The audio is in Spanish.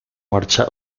marcha